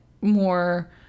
more